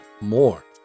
more